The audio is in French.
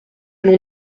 l’on